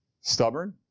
Stubborn